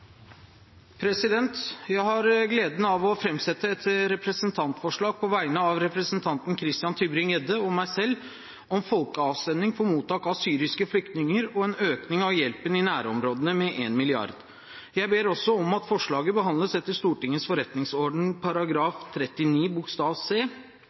på vegne av representanten Christian Tybring-Gjedde og meg selv om folkeavstemning om mottak av syriske flyktninger og en økning av hjelpen i nærområdene med én mrd. kroner. Jeg ber også om at forslaget behandles etter Stortingets forretningsorden § 39 c,